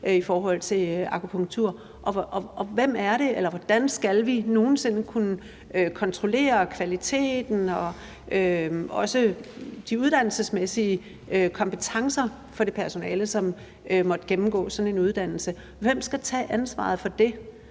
findes til akupunktør? Og hvordan skal vi nogen sinde kunne kontrollere kvaliteten og også de uddannelsesmæssige kompetencer for det personale, som måtte gennemgå sådan en uddannelse? Hvem skal tage ansvaret for det,